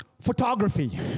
photography